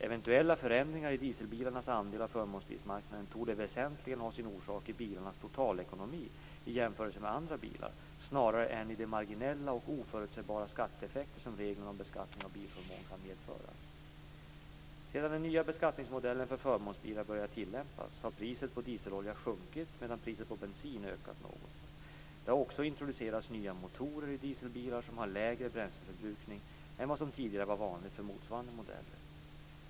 Eventuella förändringar i dieselbilarnas andel av förmånsbilsmarknaden torde väsentligen ha sin orsak i bilarnas totalekonomi i jämförelse med andra bilar snarare än i de marginella och oförutsebara skatteeffekter som reglerna om beskattning av bilförmån kan medföra. Sedan den nya beskattningsmodellen för förmånsbilar började tillämpas har priset på dieselolja sjunkit medan priset på bensin ökat något. Det har också introducerats nya motorer i dieselbilar som har lägre bränsleförbrukning än vad som tidigare var vanligt för motsvarande modeller.